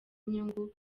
inyungu